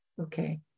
Okay